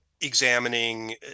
examining